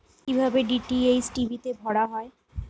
কি ভাবে DTH TV তে টাকা ভরা হয়?